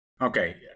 Okay